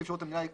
מי